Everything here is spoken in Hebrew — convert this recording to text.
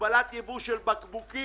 הגבלת ייבוא של בקבוקים,